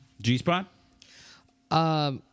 G-spot